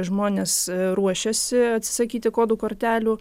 žmonės ruošiasi atsisakyti kodų kortelių